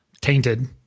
tainted